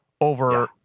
over